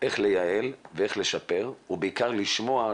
איך לייעל ואיך לשפר ובעיקר לשמוע,